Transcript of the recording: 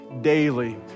Daily